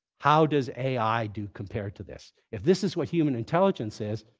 how does ai do compared to this? if this is what human intelligence is,